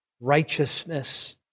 righteousness